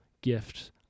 gift